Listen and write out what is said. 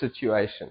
situation